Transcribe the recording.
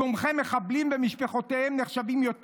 תומכי מחבלים ומשפחותיהם נחשבים יותר